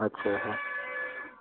अच्छा